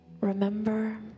Remember